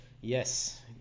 Yes